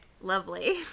Lovely